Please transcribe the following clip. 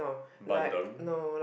bandung